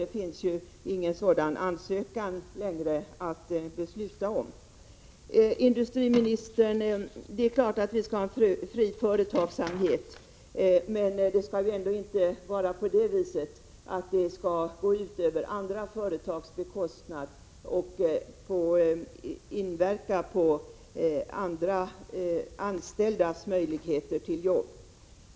Det finns ju inte längre någon sådan ansökan att besluta om. Industriministern, det är klart att vi skall ha en fri företagsamhet, men det kan ändå inte vara på det viset att detta skall ske på andra företags bekostnad och inverka på möjligheterna till jobb för dem som är anställda i dessa företag.